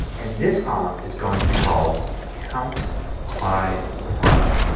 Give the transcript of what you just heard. and this column is going to be called count by product.